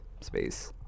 space